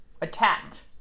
attacked